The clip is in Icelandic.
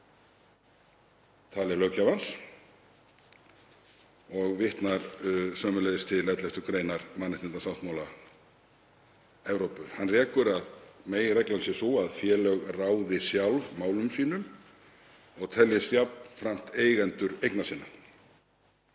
talið löggjafans. Hann vitnar sömuleiðis til 11. gr. mannréttindasáttmála Evrópu. Hann rekur að meginreglan sé sú að félög ráði sjálf málum sínum og teljist jafnframt eigendur eigna sinna.